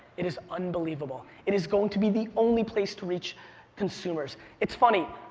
it is unbelievable. it is going to be the only place to reach consumers. it's funny.